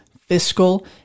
fiscal